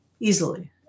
Easily